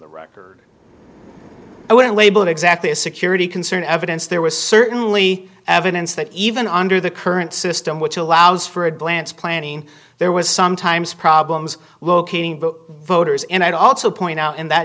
wouldn't label it exactly a security concern evidence there was certainly evidence that even under the current system which allows for a glance planning there was sometimes problems locating voters and i'd also point out in that